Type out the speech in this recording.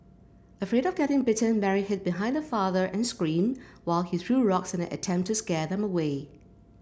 afraid of getting bitten Mary hid behind her father and screamed while he threw rocks in an attempt to scare them away